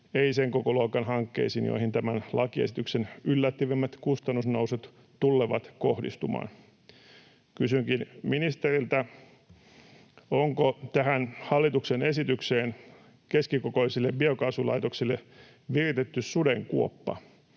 eivät sen kokoluokan hankkeisiin, joihin tämän lakiesityksen yllättävimmät kustannusnousut tullevat kohdistumaan. Kysynkin ministeriltä: Onko tähän hallituksen esitykseen keskikokoisille biokaasulaitoksille viritetty sudenkuoppa?